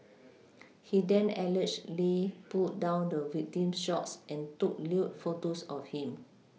he then allegedly pulled down the victim's shorts and took lewd photos of him